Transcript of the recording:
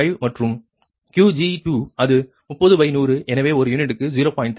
5 மற்றும் Qg2 அது 30100 எனவே ஒரு யூனிட்க்கு 0